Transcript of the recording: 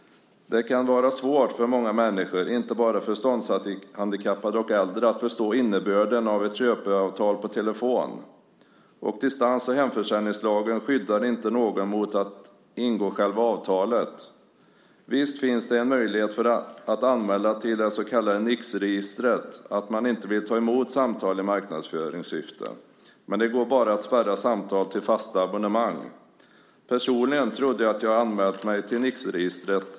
Det kan vara svårt för många människor, inte bara för förståndshandikappade och äldre, att på telefon förstå innebörden av ett köpeavtal. Distans och hemförsäljningslagen skyddar inte någon mot att ingå själva avtalet. Visst finns möjligheten att till det så kallade Nixregistret anmäla att man inte vill ta emot samtal i marknadsföringssyfte. Men bara samtal till fasta abonnemang kan spärras. Personligen trodde jag att jag hade anmält mig till Nixregistret.